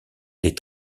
les